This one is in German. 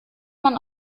man